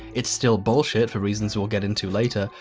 it's still bullshit for reasons we'll get into later,